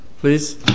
please